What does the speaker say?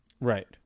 Right